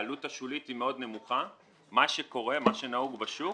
והעלות השולית מאוד נמוכה מה שנהוג בשוק